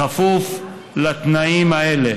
בכפוף לתנאים האלה: